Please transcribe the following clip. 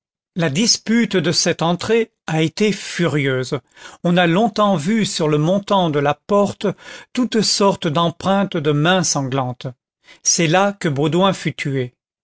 la dispute de cette entrée a été furieuse on a longtemps vu sur le montant de la porte toutes sortes d'empreintes de mains sanglantes c'est là que bauduin fut tué